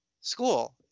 School